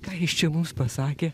ką jis čia mums pasakė